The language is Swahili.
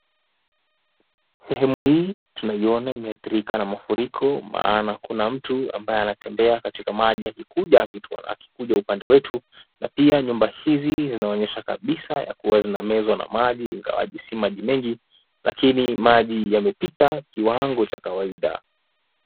Sehemu hii tunaiona imeathirika na mafuriko maana kuna mtu ambaye anatembea katika maji akikuja akituona akikuja upande wetu na pia nyumba hizi, zinaonyesha kabisa yakuwa zinamezwa na maji ingawa si maji mengi lakini maji yamepita kiwango cha kawaida.